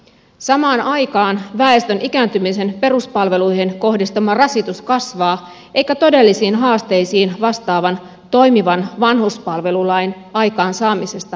samaan aikaan väestön ikääntymisen peruspalveluihin kohdistama rasitus kasvaa eikä todellisiin haasteisiin vastaavan toimivan vanhuspalvelulain aikaansaamisesta haluta ottaa vastuuta